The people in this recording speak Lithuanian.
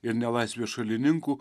ir nelaisvės šalininkų